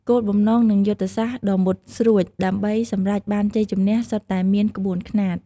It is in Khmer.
គោលបំណង និងយុទ្ធសាស្ត្រដ៏មុតស្រួច ដើម្បីសម្រេចបានជ័យជម្នះសុទ្ធតែមានក្បួនខ្នាត។